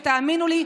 תאמינו לי,